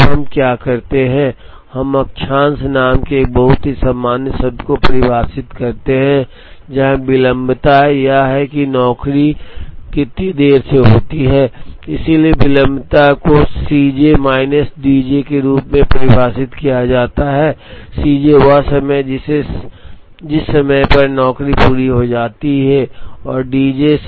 अब हम क्या करते हैं हम अक्षांश नाम के एक बहुत ही सामान्य शब्द को परिभाषित करते हैं जहां विलंबता यह है कि नौकरी कितनी देर से होती है इसलिए विलंबता को C J minus D J के रूप में परिभाषित किया जाता है सी जे वह समय है जिस समय नौकरी पूरी हो जाती है डी जे